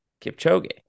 Kipchoge